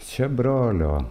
čia brolio